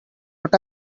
not